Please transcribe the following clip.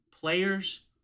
players